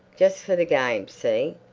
just for the game, see?